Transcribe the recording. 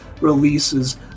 releases